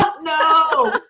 No